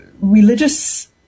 religious